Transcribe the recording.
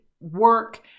work